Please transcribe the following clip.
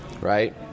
right